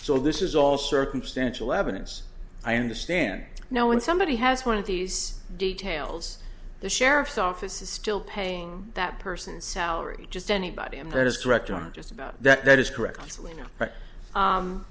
so this is all circumstantial evidence i understand now when somebody has one of these details the sheriff's office is still paying that person's salary just anybody and curtis director on just about that that is correct